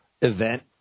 event